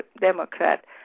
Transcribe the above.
Democrat